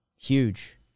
Huge